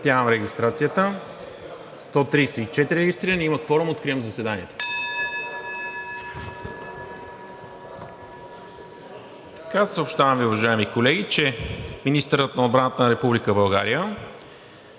Съобщавам Ви, уважаеми колеги, че министърът на отбраната на Република България: